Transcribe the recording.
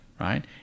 Right